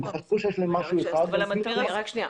הם חשבו שיש להם משהו אחד --- רק שנייה.